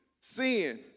sin